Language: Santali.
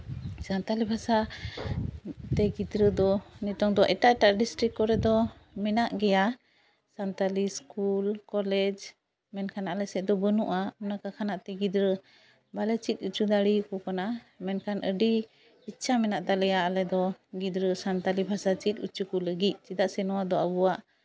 ᱥᱟᱱᱛᱟᱞᱤ ᱵᱷᱟᱥᱟᱛᱮ ᱜᱤᱫᱽᱨᱟᱹ ᱫᱚ ᱱᱤᱛᱚᱝ ᱫᱚ ᱮᱴᱟᱜ ᱮᱴᱟᱜ ᱰᱤᱥᱴᱤᱠ ᱠᱚᱨᱮᱫᱚ ᱢᱮᱱᱟᱜ ᱜᱮᱭᱟ ᱥᱟᱱᱛᱟᱞᱤ ᱤᱥᱠᱩᱞ ᱠᱚᱞᱮᱡᱽ ᱢᱮᱱᱠᱷᱟᱱ ᱟᱞᱮᱥᱮᱫ ᱫᱚ ᱵᱟᱹᱱᱩᱜᱼᱟ ᱚᱱᱟ ᱠᱚ ᱠᱷᱚᱱᱟᱜ ᱛᱮ ᱜᱤᱫᱽᱨᱟᱹ ᱵᱟᱞᱮ ᱪᱮᱫ ᱦᱚᱪᱚ ᱫᱟᱲᱮᱭᱟᱠᱚ ᱠᱟᱱᱟ ᱢᱮᱱᱠᱷᱟᱱ ᱟᱹᱰᱤ ᱤᱪᱪᱷᱟᱹ ᱢᱮᱱᱟᱜ ᱛᱟᱞᱮᱭᱟ ᱟᱞᱮᱫᱚ ᱜᱤᱫᱽᱨᱟᱹ ᱥᱟᱱᱛᱟᱞᱤ ᱵᱷᱟᱥᱟ ᱪᱮᱫ ᱦᱚᱪᱚ ᱠᱚ ᱞᱟᱹᱜᱤᱫ ᱪᱮᱫᱟᱜ ᱥᱮ ᱱᱚᱶᱟ ᱫᱚ ᱟᱵᱚᱣᱟᱜ